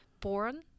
born